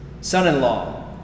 son-in-law